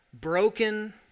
broken